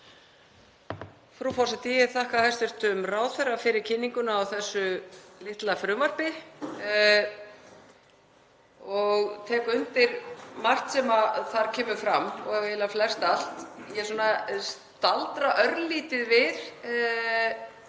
Frú forseti. Ég þakka hæstv. ráðherra fyrir kynninguna á þessu litla frumvarpi og tek undir margt sem þar kemur fram og eiginlega flestallt. Ég staldra örlítið við